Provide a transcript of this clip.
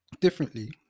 differently